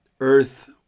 earth